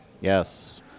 Yes